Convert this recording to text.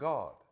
God